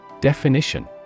Definition